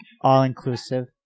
all-inclusive